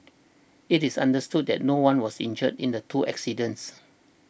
it is understood that no one was injured in the two accidents